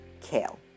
Kale